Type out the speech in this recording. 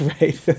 Right